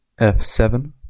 f7